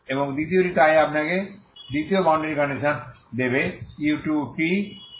এবং দ্বিতীয়টি তাই এই আপনাকে দ্বিতীয় বাউন্ডারির কন্ডিশনস দেবে u2tx00